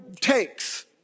takes